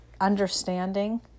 understanding